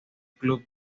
club